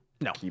no